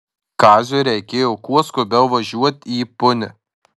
kaziui reikėjo kuo skubiau važiuot į punią